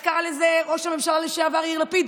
איך קרא לזה ראש הממשלה לשעבר יאיר לפיד?